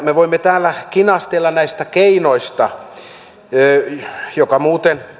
me voimme täällä kinastella näistä keinoista muuten